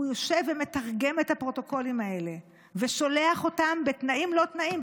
הוא יושב ומתרגם את הפרוטוקולים האלה ושולח אותם בתנאים-לא-תנאים,